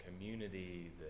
community